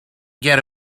get